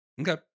Okay